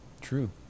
True